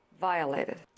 Violated